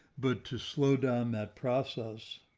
but to slow down that process,